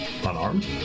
unarmed